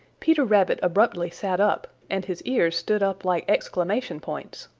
peter rabbit abruptly sat up, and his ears stood up like exclamation points.